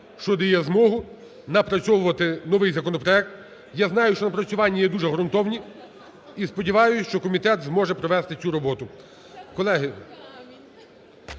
що дає змогу напрацьовувати новий законопроект. Я знаю, що напрацювання є дуже ґрунтовні, і сподіваюсь, що комітет зможе провести цю роботу.